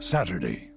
Saturday